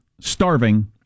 starving